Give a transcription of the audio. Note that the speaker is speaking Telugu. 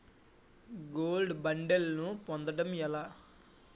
గోల్డ్ బ్యాండ్లను పొందటం ఎలా?